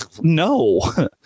no